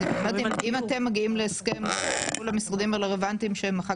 אבל אם אתם מגיעים להסכם מול המשרדים הרלוונטיים שאחר